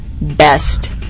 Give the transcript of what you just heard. BEST